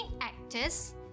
actors